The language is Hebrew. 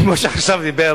כמו שעכשיו דיבר